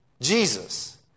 Jesus